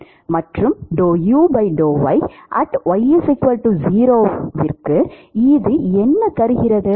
மற்றும் இது என்ன தருகிறது